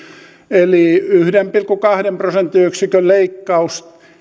eli yhden pilkku kahden prosenttiyksikön leikkaus